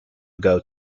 ago